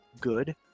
good